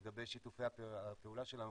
לגבי שיתופי הפעולה שלנו,